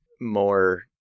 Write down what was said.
more